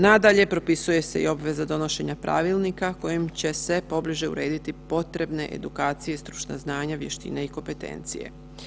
Nadalje, propisuje se i obveza donošenja pravilnika kojim će se pobliže urediti potrebne edukacije stručna znanja, vještine i kompetencije.